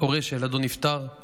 (הורה שילדו נפטר) (הוראת